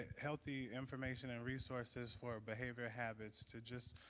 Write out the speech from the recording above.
healthy information and resources for behavior habits to just,